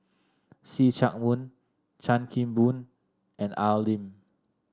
See Chak Mun Chan Kim Boon and Al Lim